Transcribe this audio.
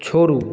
छोड़ू